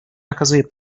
nakazuje